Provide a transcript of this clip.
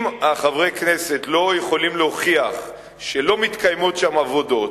אם חברי כנסת לא יכולים להוכיח שלא מתקיימות שם עבודות,